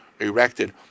Erected